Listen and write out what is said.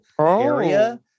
area